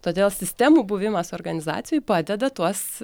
todėl sistemų buvimas organizacijoj padeda tuos